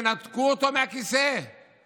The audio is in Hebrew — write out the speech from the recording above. תנתקו אותו מהכיסא,